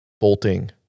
Bolting